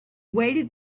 waited